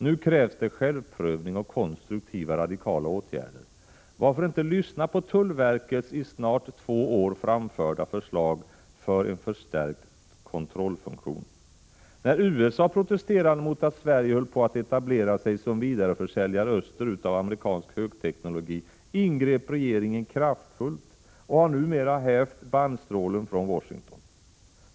Nu krävs det självprövning och konstruktiva, radikala åtgärder. Varför inte lyssna på tullverkets i snart två år framförda förslag till en förstärkt kontrollfunktion? När USA protesterade mot att Sverige höll på att etablera sig som vidareförsäljare österut av amerikansk högteknologi, ingrep regeringen kraftfullt och har numera hävt bannstrålen från Washington.